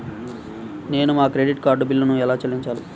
నేను నా credit card బిల్లును ఎలా చెల్లించాలీ?